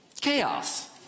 chaos